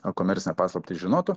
a komercinę paslaptį žinotų